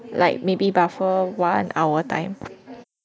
like maybe buffer one hour time